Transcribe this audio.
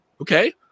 Okay